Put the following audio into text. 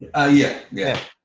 ah yeah, yeah.